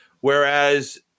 whereas